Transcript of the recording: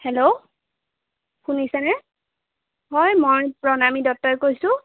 hello শুনিছেনে হয় মই প্ৰণামী দত্তই কৈছোঁ